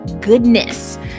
goodness